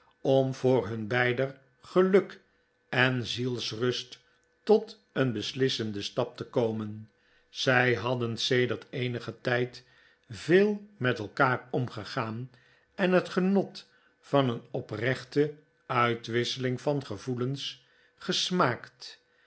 om voor hun beider geluk en zielsrust tot een beslissenden stap te komen zij hadden sedert eenigen tijd veel met elkaar omgegaan en het genot van een oprechte uitwisseling van gevoelens gesmaakt